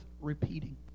repeating